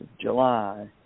July